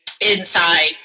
inside